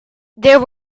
there